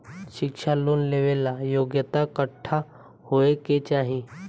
शिक्षा लोन लेवेला योग्यता कट्ठा होए के चाहीं?